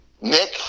Nick